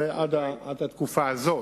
זה עד התקופה הזאת.